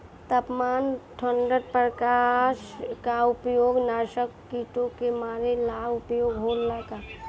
तापमान ठण्ड प्रकास का उपयोग नाशक कीटो के मारे ला उपयोग होला का?